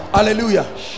Hallelujah